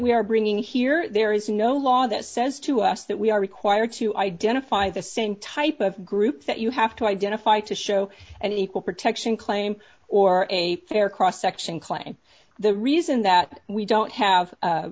we are bringing here there is no law that says to us that we are required to identify the same type of group that you have to identify to show an equal protection claim or a fair cross section clay the reason that we don't have